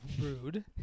Rude